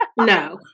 no